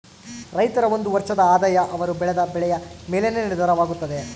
ರೈತರ ಒಂದು ವರ್ಷದ ಆದಾಯ ಅವರು ಬೆಳೆದ ಬೆಳೆಯ ಮೇಲೆನೇ ನಿರ್ಧಾರವಾಗುತ್ತದೆ